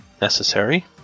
necessary